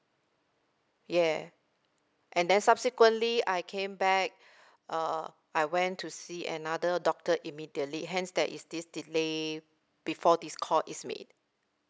ya and then subsequently I came back uh I went to see another doctor immediately hence there is this delay before this call is made